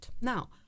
now